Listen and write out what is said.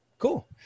Cool